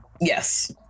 Yes